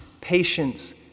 patience